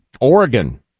Oregon